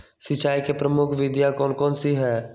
सिंचाई की प्रमुख विधियां कौन कौन सी है?